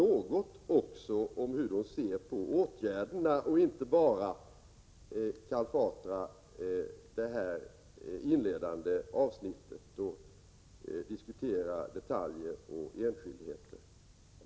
1986/87:33 något också om hur de ser på åtgärderna och inte bara kalfatra det inledande 21 november 1986 avsnittet och diskutera detaljer och enskildheter i det.